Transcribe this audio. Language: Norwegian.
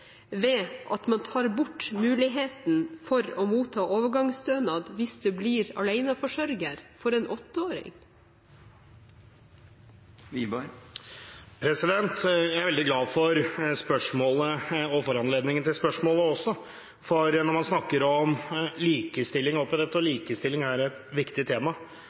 ved at man tar bort muligheten for å motta overgangsstønad hvis man blir aleneforsørger for en åtteåring? Jeg er veldig glad for spørsmålet. Når man snakker om likestilling – og likestilling er et viktig tema